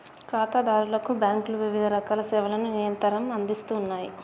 ఖాతాదారులకు బ్యాంకులు వివిధరకాల సేవలను నిరంతరం అందిస్తూ ఉన్నాయి